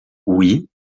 oui